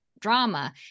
drama